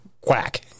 quack